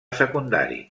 secundari